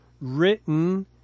written